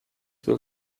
will